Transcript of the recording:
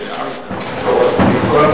שמעתי